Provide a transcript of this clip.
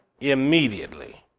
immediately